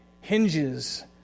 hinges